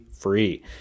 free